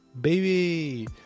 baby